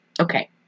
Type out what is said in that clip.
Okay